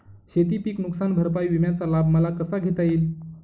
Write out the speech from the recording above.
शेतीपीक नुकसान भरपाई विम्याचा लाभ मला कसा घेता येईल?